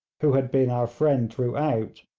who had been our friend throughout,